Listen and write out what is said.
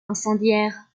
incendiaires